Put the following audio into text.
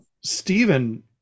Stephen